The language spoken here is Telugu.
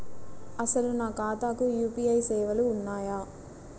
అసలు నా ఖాతాకు యూ.పీ.ఐ సేవలు ఉన్నాయా?